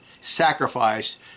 sacrifice